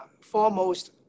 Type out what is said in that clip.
Foremost